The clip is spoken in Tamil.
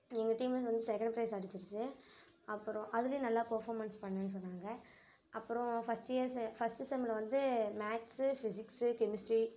எங்கள் டீம்லேருந்து வந்து செகண்ட் பிரைஸ் அடிச்சிருச்சு அப்பறம் அதிலையும் நல்லா பேர்ஃபார்மென்ஸ் பண்ணேன்னு சொன்னாங்கள் அப்பறம் ஃபஸ்ட் இயர் செ ஃபஸ்ட்டு செம்மில் வந்து மேக்ஸு ஃபிசிக்ஸு கெமிஸ்ட்ரி